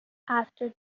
after